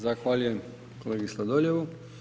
Zahvaljujem kolegi Sladoljevu.